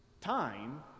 time